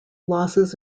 losses